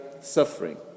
suffering